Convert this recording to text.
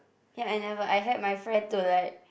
ya I never I had my friend to like